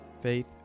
faith